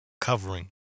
covering